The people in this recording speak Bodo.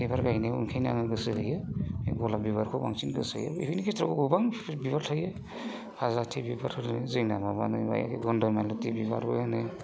बिबार गायनायाव ओंखायनो आङो गोसो होयो बे गलाब बिबारखौ बांसिन गोसो होयो बेफोरनि गेजेराव गोबांथा बिबार थायो फाजाथि बिबारफोरनो जोंना माबानो बे गन्द' मालाथि बिबारबो होनो